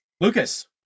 Lucas